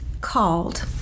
called